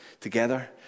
together